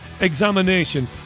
examination